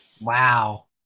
Wow